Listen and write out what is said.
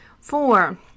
four